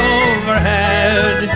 overhead